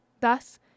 Thus